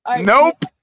nope